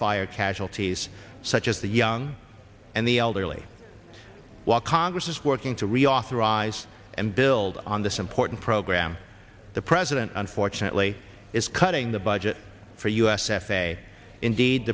fire casualties such as the young and the elderly while congress is working to reauthorize and build on this important program the president unfortunately is cutting the budget for us f a a indeed